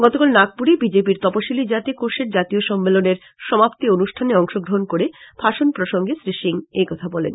গতকাল নাগপুরে বিজেপির তপশিলী জাতি কোষের জাতীয় সম্মেলনের সমাপ্তি অনুষ্ঠানে অংশগ্রহণ করে ভাষণ প্রসঙ্গে শ্রী সিং একথা বলেন